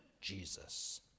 Jesus